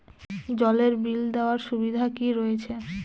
জলের বিল দেওয়ার সুবিধা কি রয়েছে?